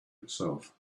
itself